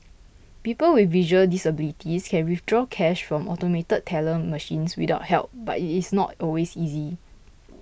people with visual disabilities can withdraw cash from automated teller machines without help but it is not always easy